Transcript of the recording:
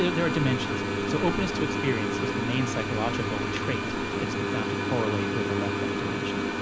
there there are dimensions. so openness to experience is the main psychological trait that has been found to correlate with the left-right dimension.